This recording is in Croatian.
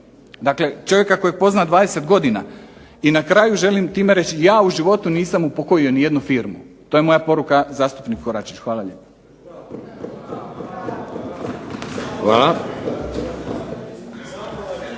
dakle čovjeka kojega poznam 20 godina. I na kraju želim time reći, ja u životu nisam upokojio nijednu firmu. To je moja poruka zastupniku Koračeviću. Hvala lijepo.